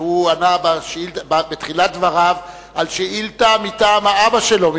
שענה בתחילת דבריו על שאילתא מטעם האבא שלו,